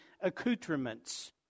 accoutrements